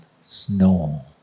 snow